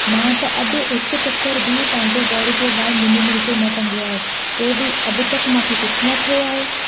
मां त अॼु हिकु चकरु बि पंहिंजे घर जे ॿाहिरि लीम्बू मिर्चु न टंगियो आहे पोइ बि अॼु तक मूंखे कुझु न थियो आहे